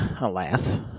alas